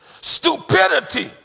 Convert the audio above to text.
Stupidity